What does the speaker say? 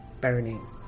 burning